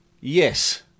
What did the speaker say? Yes